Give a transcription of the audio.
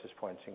points